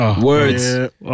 Words